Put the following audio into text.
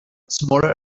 smaller